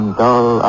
dull